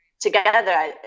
together